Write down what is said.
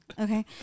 Okay